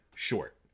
Short